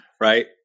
Right